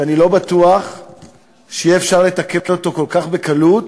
שאני לא בטוח שיהיה אפשר לתקן כל כך בקלות,